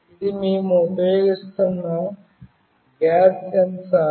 ఇది మేము ఉపయోగిస్తున్న గ్యాస్ సెన్సార్